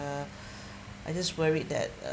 uh I just worried that uh